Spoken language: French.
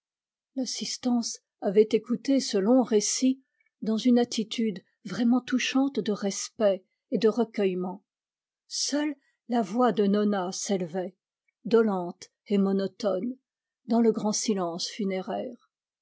l'assistance avait écouté ce long récit dans une attitude vraiment touchante de respect et de recueillement seule la voix de nona s'élevait dolente et monotone dans le grand silence funéraire